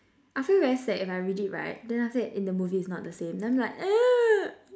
I'll feel very sad if I read it right then after that in the movie it's not the same then I'm like